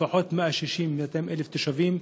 לפחות 160,000 200,000 תושבים,